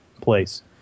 place